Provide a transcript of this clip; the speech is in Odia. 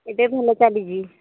ଏବେ ଭଲ ଚାଲିଛି